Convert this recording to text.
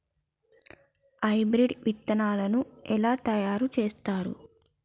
Hybrid విత్తనాలను ఎలా తయారు చేస్తారు?